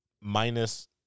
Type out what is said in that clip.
minus